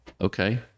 okay